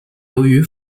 由于